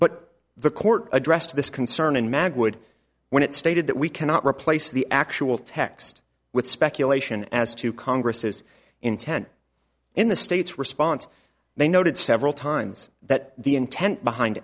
judgment the court addressed this concern and mag would when it stated that we cannot replace the actual text with speculation as to congress's intent in the state's response they noted several times that the intent behind